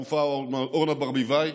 האלופה אורנה ברביבאי,